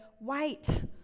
wait